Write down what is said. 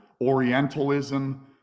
Orientalism